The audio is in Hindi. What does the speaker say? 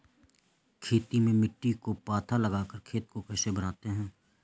खेती में मिट्टी को पाथा लगाकर खेत को बनाते हैं?